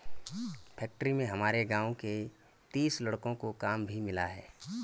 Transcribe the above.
factory में हमारे गांव के तीस लड़कों को काम भी मिला है